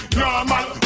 normal